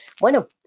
Bueno